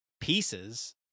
pieces